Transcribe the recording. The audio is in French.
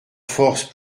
force